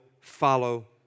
follow